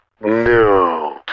No